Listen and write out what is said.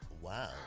Wow